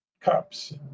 cups